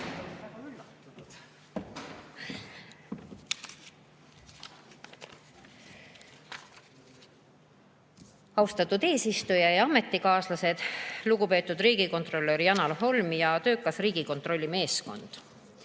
Austatud eesistuja! Head ametikaaslased! Lugupeetud riigikontrolör Janar Holm ja töökas Riigikontrolli meeskond!